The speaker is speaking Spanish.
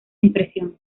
impresión